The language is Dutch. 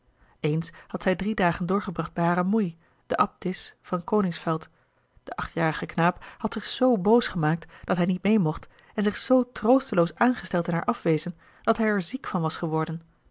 eens had zij drie dagen doorgebracht bij hare moei de abdis van koningsfeld de achtjarige knaap had zich zoo boos gemaakt dat hij niet meê mocht en zich zoo troosteloos aangesteld in haar afwezen dat hij er ziek van was geworden